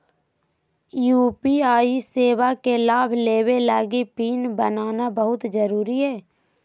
UPI सेवा के लाभ लेबे लगी पिन बनाना बहुत जरुरी हइ